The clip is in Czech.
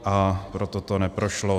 A proto to neprošlo.